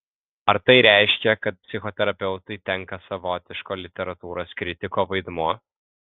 ar tai reiškia kad psichoterapeutui tenka savotiško literatūros kritiko vaidmuo